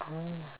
oh